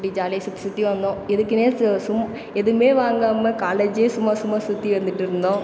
அப்படி ஜாலியாக சுற்றி சுற்றி வந்தோம் எதுக்குமே சு சும் எதுவுமே வாங்காமல் காலேஜே சும்மா சும்மா சுற்றி வந்துவிட்டு இருந்தோம்